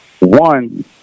one